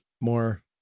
more